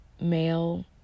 male